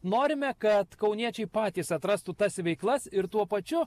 norime kad kauniečiai patys atrastų tas veiklas ir tuo pačiu